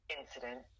incident